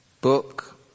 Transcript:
book